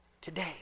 today